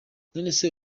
nonese